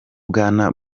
bwana